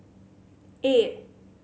eight